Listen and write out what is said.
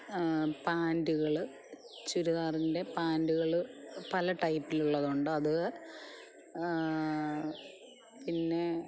പാൻറുകൾ ചുരിദാറിൻ്റെ പാൻറുകൾ പല ടൈപ്പിലുള്ളതുണ്ട് അത് പിന്നെ